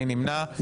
מי נמנע?